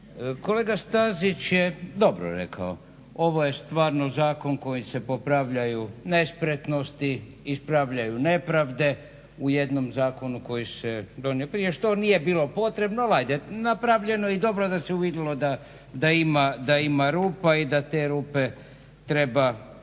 Kolega Stazić je dobro rekao ovo je stvarno zakon kojim se popravljaju nespretnosti, ispravljaju nepravde u jednom zakonu koji se donio prije što nije bilo potrebno, ali ajde napravljeno je i dobro da se uvidjelo da ima rupa i da te rupe treba